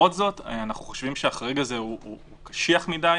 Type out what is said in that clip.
למרות זאת אנחנו חושבים שהוא קשיח מדי